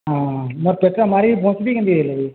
ହଁ ମର୍ ପେଟଟା ମାରିକି ବଞ୍ଚ୍ବି କେନ୍ତି ହେଲେ ବି